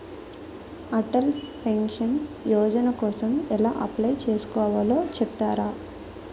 Atal pension Yojana కోసం ఎలా apply చేసుకోవాలో చెపుతారా?